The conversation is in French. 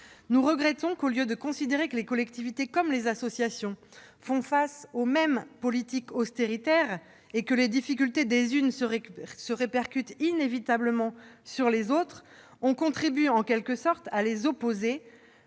Nous regrettons que, au lieu de considérer que les collectivités, comme les associations, font face aux mêmes politiques austéritaires et que les difficultés des unes se répercutent inévitablement sur les autres, on contribue, en quelque sorte, à les opposer,